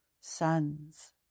sons